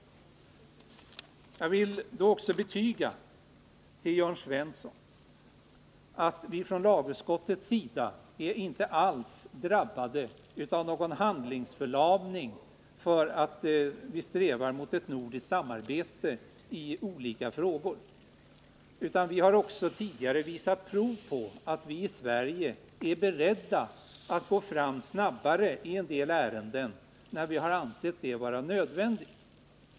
Jag vill betyga, Jörn Svensson, att vi från lagutskottets sida inte alls är drabbade av någon handlingsförlamning därför att vi strävar mot nordiskt samarbete i olika frågor. Vi har tidigare visat prov på att vi i Sverige är beredda att gå fram snabbare i en del ärenden när vi har ansett det vara nödvändigt.